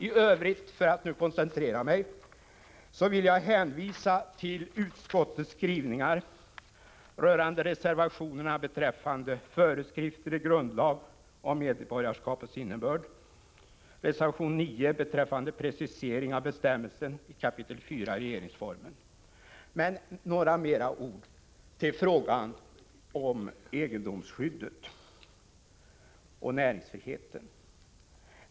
I övrigt — för att nu koncentrera mig — vill jag hänvisa till utskottets skrivningar i fråga om reservation 4 beträffande föreskrifter i grundlag om medborgarskapets innebörd och reservation 9 beträffande precisering av bestämmelsen i 1 kap. 4 § RF. Men jag vill säga några ord om egendomsskydd och näringsfrihet.